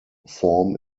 form